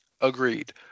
Agreed